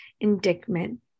indictment